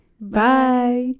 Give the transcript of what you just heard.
Bye